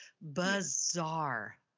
bizarre